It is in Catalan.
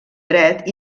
dret